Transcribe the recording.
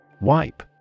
Wipe